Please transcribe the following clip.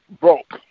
broke